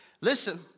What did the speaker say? listen